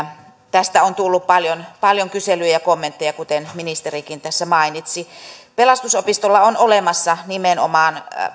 tästä on tullut paljon paljon kyselyjä ja kommentteja kuten ministerikin tässä mainitsi pelastusopistolla on olemassa nimenomaan